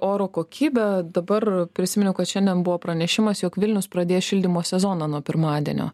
oro kokybė dabar prisiminiau kad šiandien buvo pranešimas jog vilnius pradės šildymo sezoną nuo pirmadienio